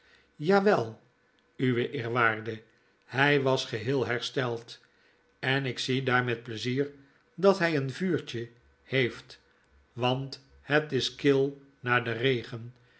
ja wel uw eerwaar ie hy wasgeheel hersteld en ik zie daar met pleizier dat hy een vuurtje heeft want het is kil na den regen